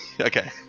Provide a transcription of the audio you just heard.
Okay